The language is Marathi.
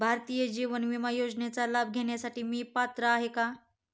भारतीय जीवन विमा योजनेचा लाभ घेण्यासाठी मी पात्र आहे का?